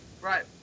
Right